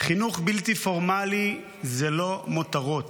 חינוך בלתי פורמלי זה לא מותרות,